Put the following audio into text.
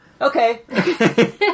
Okay